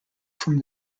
from